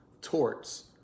torts